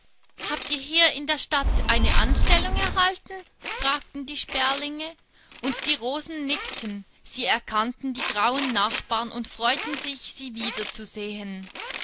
habt ihr hier in der stadt eine anstellung erhalten fragten die sperlinge und die rosen nickten sie erkannten die grauen nachbarn und freuten sich sie